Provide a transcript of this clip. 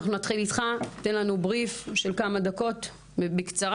נתחיל איתך, תן לנו סקירה של כמה דקות בקצרה.